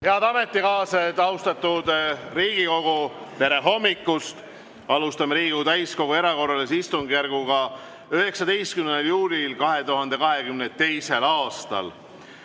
Head ametikaaslased, austatud Riigikogu, tere hommikust! Alustame Riigikogu täiskogu erakorralist istungjärku 19. juulil 2022. aastal.